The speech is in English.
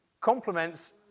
complements